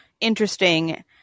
interesting